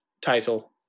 title